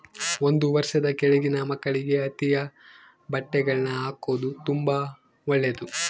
ಒಂದು ವರ್ಷದ ಕೆಳಗಿನ ಮಕ್ಕಳಿಗೆ ಹತ್ತಿಯ ಬಟ್ಟೆಗಳ್ನ ಹಾಕೊದು ತುಂಬಾ ಒಳ್ಳೆದು